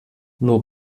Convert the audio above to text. nur